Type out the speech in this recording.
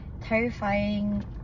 terrifying